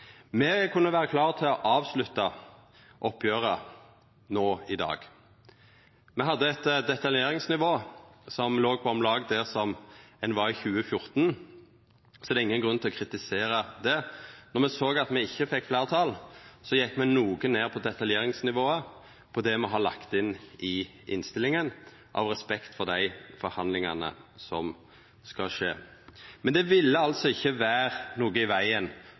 Me kunne vore klar til å avslutta oppgjeret no i dag. Me hadde eit detaljeringsnivå som låg om lag der som ein var i 2014, så det er ingen grunn til å kritisera det. Når me såg at me ikkje fekk fleirtal, gjekk me noko ned på detaljeringsnivået, på det me har lagt inn i innstillinga, av respekt for dei forhandlingane som skal skje. Men det ville altså ikkje vera noko i vegen